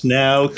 now